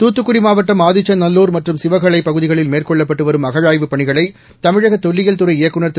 தூத்துக்குடி மாவட்டம் ஆதிச்சநல்லூர் மற்றும் சிவகளை பகுதிகளில் மேற்கொள்ளப்பட்டு வரும் அகழாய்வுப் பணிகளை தமிழக தொல்லியல் துறை இயக்குநர் திரு